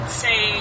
say